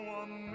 one